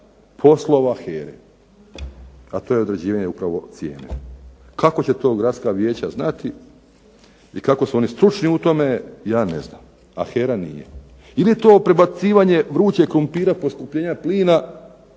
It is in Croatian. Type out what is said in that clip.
poslova HERA-e, a to je određivanje upravo cijene. Kako će to gradska vijeća znati ili kako su oni stručni u tome ja ne znam, a HERA nije. Ili je to prebacivanje vrućeg krumpira poskupljenja plina,